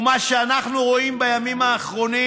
ומה אנחנו רואים בימים האחרונים?